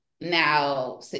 Now